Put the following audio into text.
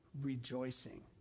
rejoicing